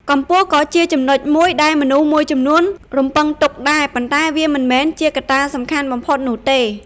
កម្ពស់ក៏ជាចំណុចមួយដែលមនុស្សមួយចំនួនរំពឹងទុកដែរ ប៉ុន្តែវាមិនមែនជាកត្តាសំខាន់បំផុតនោះទេ។